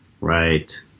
right